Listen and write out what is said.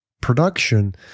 production